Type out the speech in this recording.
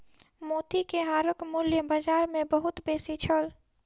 मोती के हारक मूल्य बाजार मे बहुत बेसी छल